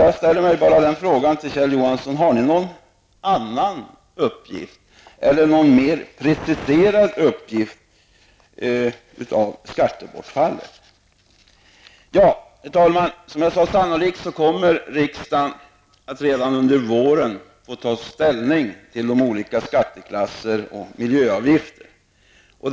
Jag vill fråga Kjell Johansson om nu folkpartiet har någon annan, mer preciserad siffra på skattebortfallet. Herr talman! Som jag sade kommer riksdagen sannolikt redan under våren att få ta ställning till olika skatteklasser och miljöavgifter.